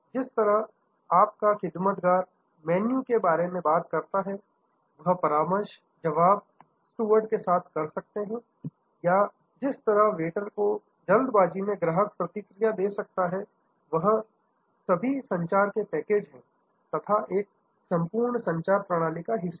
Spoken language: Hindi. जिस तरह आप का खिदमतगार मेन्यू के बारे में बात करता है वह परामर्श जवाब स्टूवर्ड के साथ कर सकते हैं या जिस तरह वेटर को जल्दबाजी में ग्राहक की प्रतिक्रिया दे सकते हैं यह सभी संचार के पैकेज हैं तथा एक संपूर्ण संचार प्रणाली का हिस्सा है